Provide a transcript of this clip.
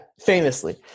famously